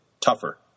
tougher